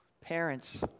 parents